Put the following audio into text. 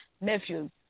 nephews